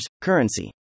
currency